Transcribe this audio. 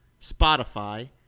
Spotify